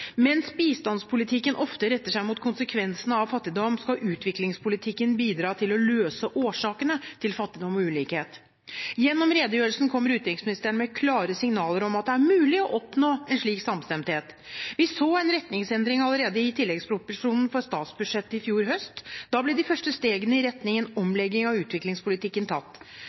Mens bistandspolitikken ofte retter seg mot konsekvensene av fattigdom, skal utviklingspolitikken bidra til å løse årsakene til fattigdom og ulikhet. Gjennom redegjørelsen kommer utenriksministeren med klare signaler om at det er mulig å oppnå en slik samstemthet. Vi så en retningsendring allerede i tilleggsproposisjonen til statsbudsjettet i fjor høst. Da ble de første stegene i retning en omlegging av utviklingspolitikken tatt.